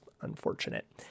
unfortunate